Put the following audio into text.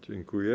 Dziękuję.